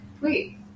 Wait